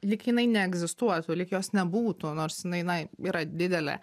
lyg jinai neegzistuotų lyg jos nebūtų nors jinai na yra didelė